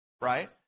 right